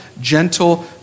gentle